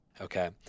Okay